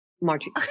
Margie